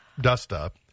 dust-up